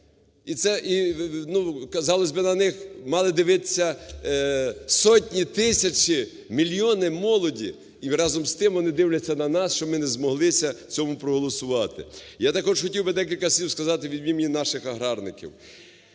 казалось би, на них мали б дивитися сотні, тисячі, мільйони молоді і, разом з тим, вони дивляться на нас, що ми не змоглися цьому проголосувати. Я також хотів би декілька слів сказати від імені наших аграрників.